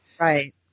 Right